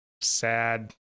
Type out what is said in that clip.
sad